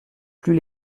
plus